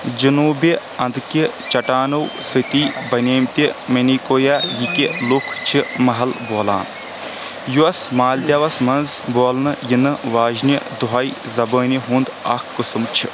جنوُبی اندٕكہِ چٹانو سۭتی بنیمٕتہِ مینیکویہ یِكہِ لُكھ چھِ محل بولان یۄس مالدیوس منٛز بولنہٕ یِنہٕ واجٮ۪نہِ دۄہے زبانہِ ہُنٛد اکھ قٕسم چھ